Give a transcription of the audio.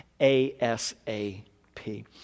A-S-A-P